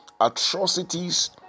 atrocities